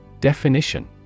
Definition